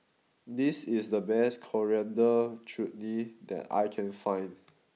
this is the best Coriander Chutney that I can find